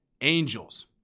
angels